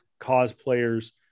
cosplayers